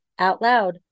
OUTLOUD